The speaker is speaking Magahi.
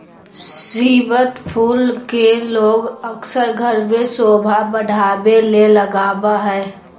स्रीवत फूल के लोग अक्सर घर में सोभा बढ़ावे ले लगबा हइ